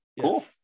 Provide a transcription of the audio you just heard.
cool